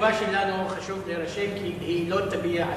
אי-התגובה שלנו חשוב שתירשם כדי שהיא לא תביע הסכמה.